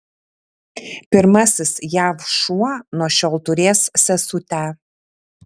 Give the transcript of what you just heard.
pirmasis jav šuo nuo šiol turės sesutę